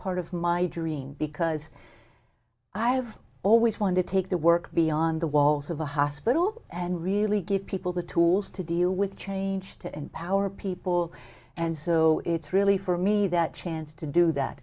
part of my dream because i've always wanted to take the work beyond the walls of a hospital and really give people the tools to deal with change to empower people and so it's really for me that chance to do that